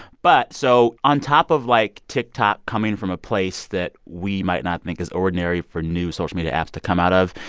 but so on top of, like, tiktok coming from a place that we might not think is ordinary for new social media apps to come out of,